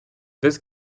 this